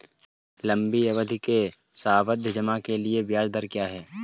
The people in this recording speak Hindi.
लंबी अवधि के सावधि जमा के लिए ब्याज दर क्या है?